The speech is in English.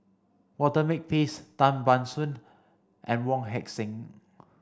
Walter Makepeace Tan Ban Soon and Wong Heck Sing